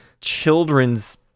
children's